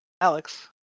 Alex